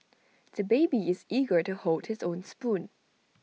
the baby is eager to hold his own spoon